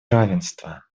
равенства